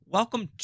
Welcome